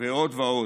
ועוד ועוד.